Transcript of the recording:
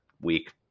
week